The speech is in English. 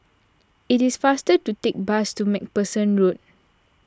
it is faster to take bus to MacPherson Road